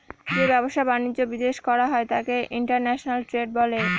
যে ব্যবসা বাণিজ্য বিদেশ করা হয় তাকে ইন্টারন্যাশনাল ট্রেড বলে